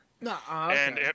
No